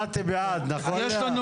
יש לנו